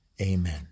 Amen